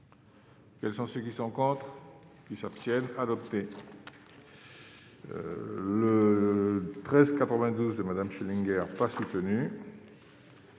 Quels sont ceux qui sont contre, ils s'abstiennent adopté. Le 13 92 Madame Schillinger pas soutenu.